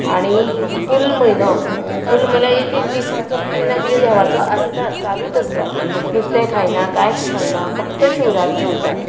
आनी फूल म्हयनो फूल म्हणल्यार एक एक दीस आमचो कितें ना कितें देवाचो आसताच चालूत आसता नुस्तें खायना कांयच खायना फक्त शिवराक जेवता